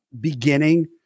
beginning